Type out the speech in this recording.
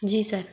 जी sir